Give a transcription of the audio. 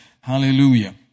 Hallelujah